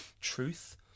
truth